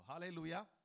Hallelujah